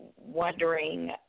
wondering